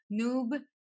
Noob